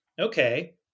okay